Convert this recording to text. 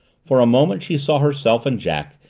for a moment she saw herself and jack,